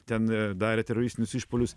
ten darė teroristinius išpuolius